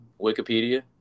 Wikipedia